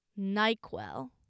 NyQuil